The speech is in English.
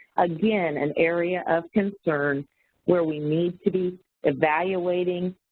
again, an area of concern where we need to be evaluating,